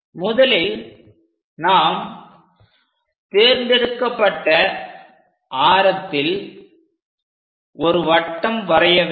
முதலில் நாம் தேர்ந்தெடுக்கப்பட்ட ஆரத்தில் ஒரு வட்டம் வரைய வேண்டும்